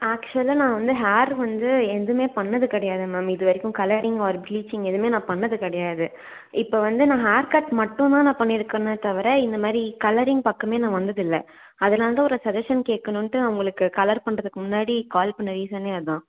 ஆக்ஷுவலாக நான் வந்து ஹேர் வந்து எதுவுமே பண்ணிணது கிடையாது மேம் இதுவரைக்கும் கலரிங் ஆர் ப்ளீச்சிங் எதுவுமே நான் பண்ணிணது கிடையாது இப்போ வந்து நான் ஹேர் கட் மட்டும்தான் நான் பண்ணியிருக்கேனே தவிர இந்தமாதிரி கலரிங் பக்கமே நான் வந்ததுல்லை அதனால் தான் ஒரு சஜஷன் கேட்கணுன்ட்டு நான் உங்களுக்கு கலர் பண்ணுறதுக்கு முன்னாடி கால் பண்ணிண ரீஸனே அதுதான்